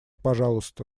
пожалуйста